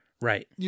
Right